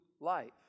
life